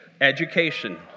Education